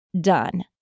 done